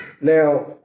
Now